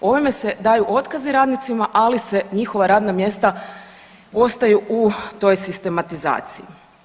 Ovime se daju otkazi radnicima, ali se njihova radna mjesta ostaju u toj sistematizaciji.